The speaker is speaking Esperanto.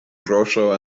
groŝo